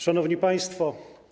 Szanowni Państwo!